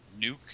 nuke